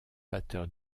batteur